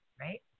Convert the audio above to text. right